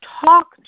talk